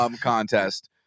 contest